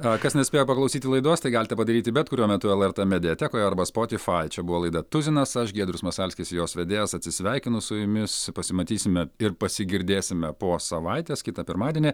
o kas nespėjo paklausyti laidos tai galite padaryti bet kuriuo metu lrt mediatekoje arba spotify čia buvo laida tuzinas aš giedrius masalskis jos vedėjas atsisveikinus su jumis pasimatysime ir pasigirdėsime po savaitės kitą pirmadienį